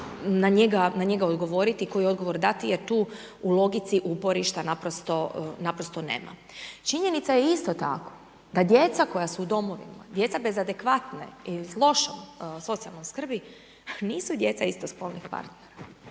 na njega odgovoriti, koji odgovor dati jer tu u logici uporišta naprosto nema. Činjenica je isto tako da djeca koja su u domovima, djeca bez adekvatne i iz loše socijalne skrbi nisu djeca istospolnih partera